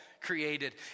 created